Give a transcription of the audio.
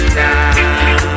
now